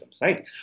right